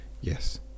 Yes